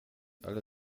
alle